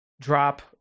drop